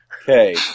Okay